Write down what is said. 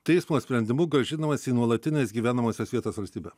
teismo sprendimu grąžinamas į nuolatinės gyvenamosios vietos valstybę